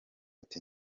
ati